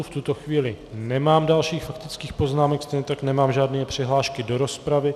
V tuto chvíli nemám dalším faktických poznámek, stejně tak nemám žádné přihlášky do rozpravy.